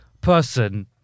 person